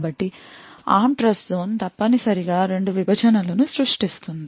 కాబట్టి ARM TrustZone తప్పనిసరిగా రెండు విభజనలను సృష్టిస్తుంది